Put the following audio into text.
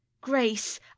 Grace